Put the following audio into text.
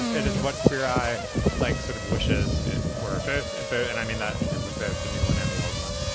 it is what queer i like sort of wishes it were both and boat and i mean that in terms of both the new one and the old one.